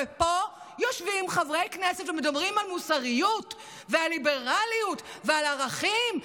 ופה יושבים חברי כנסת ומדברים על מוסריות ועל ליברליות ועל ערכים.